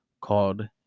called